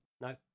No